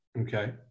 Okay